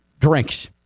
drinks